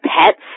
pets